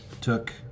took